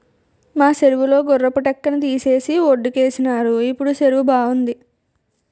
మా సెరువు లో గుర్రపు డెక్కని తీసేసి వొడ్డుకేసినారు ఇప్పుడు సెరువు బావుంది